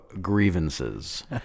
grievances